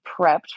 prepped